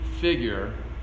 figure